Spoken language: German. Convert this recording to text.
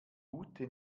ute